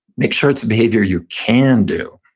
make sure it's a behavior you can do.